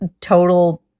total